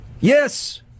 Yes